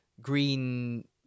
green